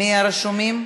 מהרשומים?